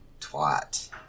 twat